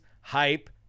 hype